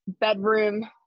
bedroom